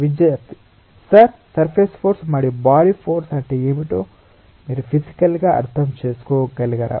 విద్యార్థి sir surface force మరియు body force అంటే ఏమిటో మీరు ఫిసికల్ గా అర్థం చేసుకోగలరా